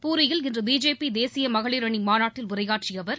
பூரியில் இன்று பிஜேபி தேசிய மகளிர் அணி மாநாட்டில் உரையாற்றிய அவர்